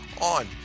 on